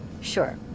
Sure